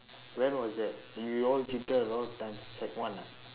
when was that we all cheated a lot of times sec one ah